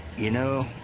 you know,